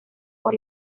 por